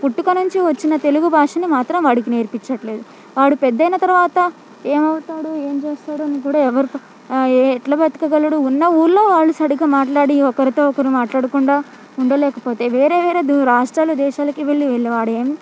పుట్టుక నుంచి వచ్చిన తెలుగు భాషని మాత్రం వాడికి నేర్పించట్లేదు వాడు పెద్దయిన తర్వాత ఏమవుతాడు ఏంచేస్తాడు అని కూడా ఎవరితో ఏ ఏ ఎట్లా బతకగలడు ఉన్న ఊర్లో వాడు సరిగా మాట్లాడి ఒకరితో ఒకరు మాట్లాడకుండా ఉండలేకపోతే వేరే వేరే దూ రాష్ట్రాలు దేశాలకి వెళ్ళి వెళ్ళి వాడేం